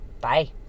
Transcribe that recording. Bye